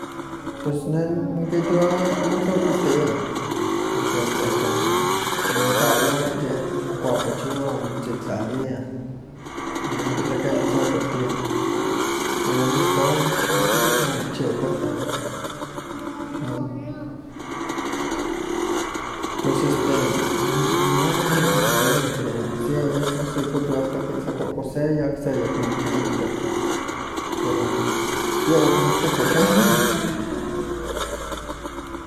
Pus ne nikihtowa motliokoltiah, porque este cuando kahka yeh mokuapachowa o motzihtlalia, ne nikita ke motliokoltia. Iwa miston mati kachi amo kichiwa cuenta, pues este no amo nimati keni pero si a veces ihkon tiwalkaki tlakokoseya, seyak na kinahkilihtok, pero pues yehwa kimatokeh kenih.